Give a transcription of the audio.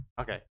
Okay